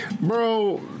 Bro